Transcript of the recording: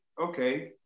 okay